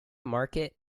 market